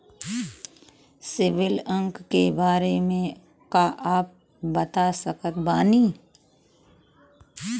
CIBIL अंक के बारे मे का आप बता सकत बानी?